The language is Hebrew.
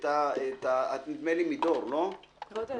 --- כבוד היושב-ראש,